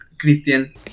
Christian